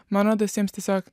man rodos jiems tiesiog